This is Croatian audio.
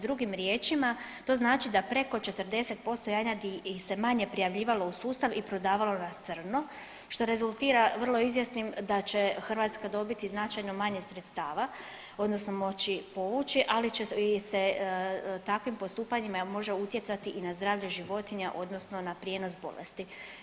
Drugim riječima to znači da preko 40% janjadi se manje prijavljivao u sustav i prodavalo na crno što rezultira vrlo izvjesnim da će Hrvatska dobiti značajno manje sredstva odnosno moći povući ali će i se takvim postupanjima može utjecati i na zdravlje životinja odnosno na prijenos bolesti.